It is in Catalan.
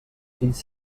fills